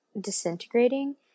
disintegrating